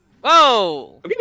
Whoa